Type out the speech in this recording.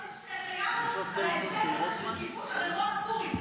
צריך לברך שהחיינו על ההישג הזה של כיבוש החרמון הסורי.